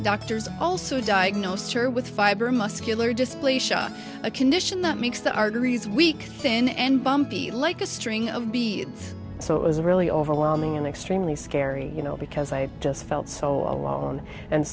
doctors also diagnosed her with fiber muscular display shock a condition that makes the arteries weak thin and bumpy like a string of beads so it was a really overwhelming and extremely scary you know because i just felt so alone and